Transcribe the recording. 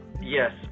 yes